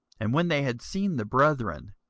and when they had seen the brethren,